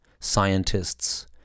scientists